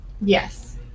Yes